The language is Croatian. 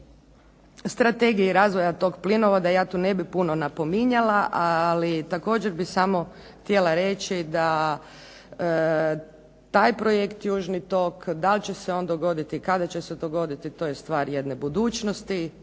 strategiji razvoja tog plinovoda. Ja tu ne bi puno napominjala, ali također bi samo htjela da taj projekt južni tok dal će se on dogoditi i kada će se dogoditi to je stvar jedne budućnosti.